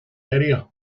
area